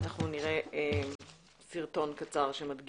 אני מציעה שנראה סרטון קצר,